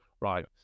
Right